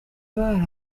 bari